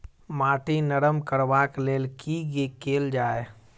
माटि नरम करबाक लेल की केल जाय?